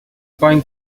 bind